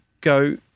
go